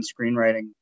screenwriting